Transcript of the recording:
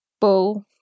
bull